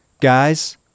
guys